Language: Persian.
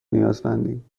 نیازمندیم